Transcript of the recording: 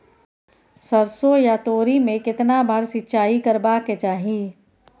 सरसो या तोरी में केतना बार सिंचाई करबा के चाही?